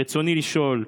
רצוני לשאול: